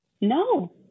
No